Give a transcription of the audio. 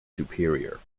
superior